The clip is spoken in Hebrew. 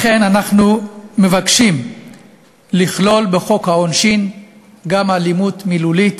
אנחנו מבקשים לכלול בחוק העונשין גם אלימות מילולית.